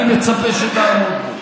אני מצפה שתעמוד בו.